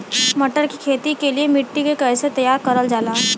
मटर की खेती के लिए मिट्टी के कैसे तैयार करल जाला?